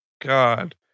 God